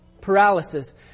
paralysis